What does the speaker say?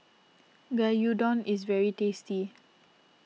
Gyudon is very tasty